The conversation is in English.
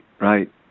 Right